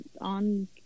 on